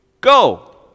go